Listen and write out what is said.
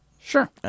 Sure